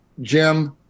Jim